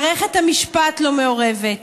מערכת המשפט לא מעורבת,